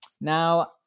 Now